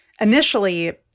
Initially